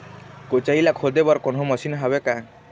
कोचई ला खोदे बर कोन्हो मशीन हावे का?